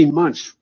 months